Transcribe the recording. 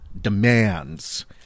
demands